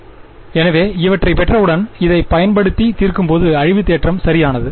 மாணவர் எனவே என்ன எனவே இவற்றைப் பெற்றவுடன் இதைப் பயன்படுத்தி தீர்க்கும்போது அழிவு தேற்றம் சரியானது